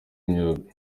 imyuga